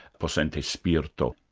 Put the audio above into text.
possente spirto.